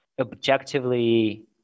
objectively